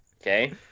Okay